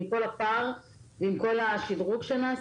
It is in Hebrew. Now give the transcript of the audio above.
עם כל הפער ועם כל השדרוג שנעשה?